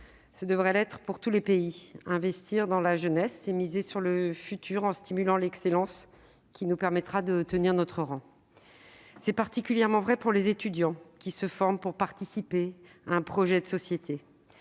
ce devrait l'être pour tous les pays. Investir dans la jeunesse, c'est miser sur l'avenir en stimulant l'excellence qui nous permettra de tenir notre rang. C'est particulièrement vrai pour les étudiants, qui se forment pour participer à un projet de société.